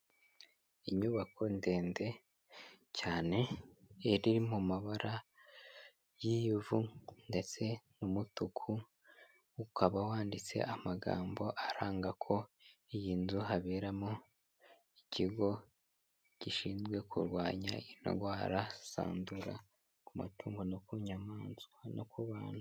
Inyubako ndende cyane iri mu mabara y'ivu ndetse n'umutuku, ukaba wanditse amagambo aranga ko iyi nzu haberamo ikigo gishinzwe kurwanya indwara zandura ku matungo no ku nyamaswa no ku bantu.